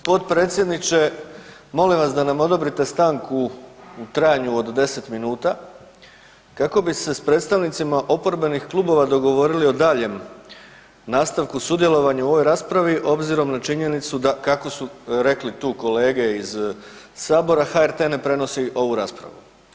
G. potpredsjedniče, molim vas da nam odobrite stanku u trajanju od 10 min, kako bi se s predstavnicima oporbenih klubova dogovorili o daljem nastavku sudjelovanja u ovoj raspravi obzirom na činjenicu da kako su rekli tu kolege iz Sabora, HRT ne prenosi ovu raspravu.